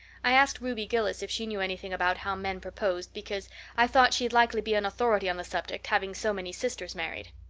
i asked ruby gillis if she knew anything about how men proposed because i thought she'd likely be an authority on the subject, having so many sisters married.